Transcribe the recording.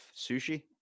sushi